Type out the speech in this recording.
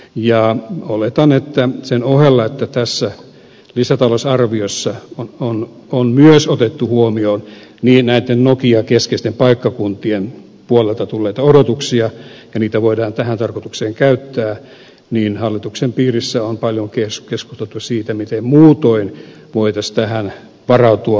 ja oletan että sen ohella että tässä lisätalousarviossa on myös otettu huomioon näitten nokia keskeisten paikkakuntien puolelta tulleita odotuksia ja niitä voidaan tähän tarkoitukseen käyttää hallituksen piirissä on paljon keskusteltu siitä miten muutoin voitaisiin tähän varautua